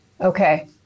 okay